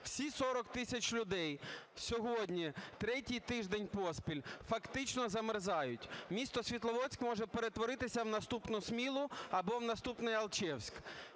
всі 40 тисяч людей сьогодні третій тиждень поспіль фактично замерзають. Місто Світловодськ може перетворитися у наступну Смілу або в наступний Алчевськ.